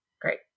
great